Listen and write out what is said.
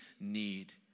need